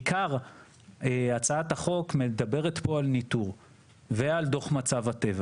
אבל עיקר הצעת החוק מדברת פה על ניתור ועל דוח מצב הטבע.